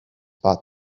bought